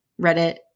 reddit